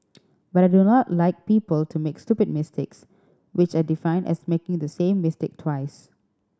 but I do not like people to make stupid mistakes which I define as making the same mistake twice